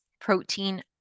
protein